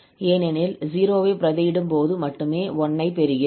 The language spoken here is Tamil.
ஏனெனில் 0 ஐ பிரதியிடும்போது மட்டுமே 1 பெறுகிறோம்